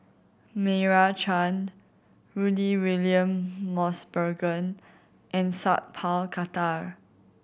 Meira Chand Rudy William Mosbergen and Sat Pal Khattar